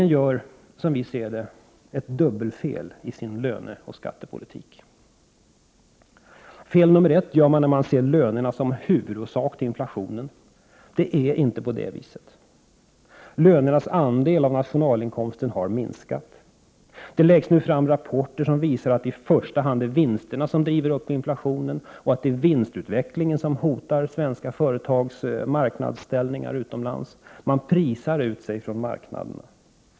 61 Regeringen gör ett dubbelfel i sin löneoch skattepolitik. Fel nummer ett gör regeringen när den ser lönerna som huvudorsak till inflationen. Det är inte på det viset. Lönernas andel av nationalinkomsten har minskat. Det läggs nu fram rapporter som visar att det i första hand är vinsterna som driver uppinflationen och vinstutvecklingen som hotar svenska företags marknadsställningar utomlands. Man ”prisar” ut sig från marknaderna.